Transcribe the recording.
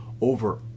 over